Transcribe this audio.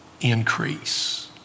increase